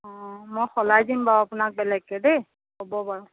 অঁ মই সলাই দিম বাও আপোনাক বেলেগকৈ দেই হ'ব বাৰু